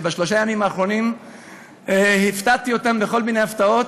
שבשלושת הימים האחרונים הפתעתי אותם בכל מיני הפתעות,